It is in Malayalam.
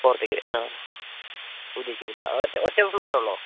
പുറത്തേക്ക് ആ ഉദ്ദേശിക്കുന്നത് ഒറ്റ ഒറ്റ ഫ്ലോറേ ഉള്ളോ